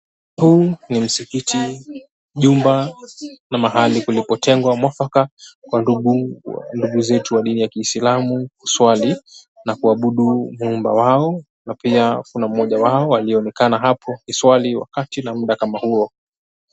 Huu ni msikiti nyumba na mahali kulikotengwa mwafaka kwa ndugu zetu wa dini ya kiislamu kuswali na kuabudu Muumba wao na pia kuna mmoja wao anaonekana hapo akiswali wakati na mda kama huo.